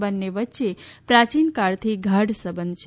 બંને વચ્ચે પ્રાચીનકાળથી ગાઢ સંબંધ છે